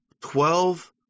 Twelve